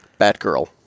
Batgirl